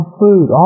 food